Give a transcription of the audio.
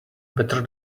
better